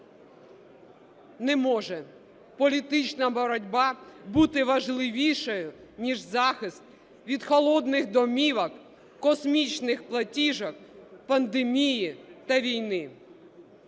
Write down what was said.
Не може політична боротьба бути важливішою ніж захист від холодних домівок, космічних платіжок, пандемії та війни.